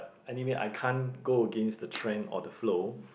anyway I can't go against the trend or the flow